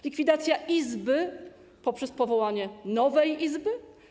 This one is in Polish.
Likwidacja izby poprzez powołanie nowej izby?